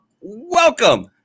welcome